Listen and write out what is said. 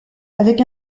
avec